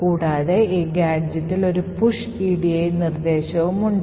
കൂടാതെ ഈ ഗാഡ്ജെറ്റിൽ ഒരു push edi നിർദ്ദേശവും ഉണ്ട്